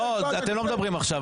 לא, אתם לא מדברים עכשיו.